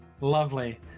Lovely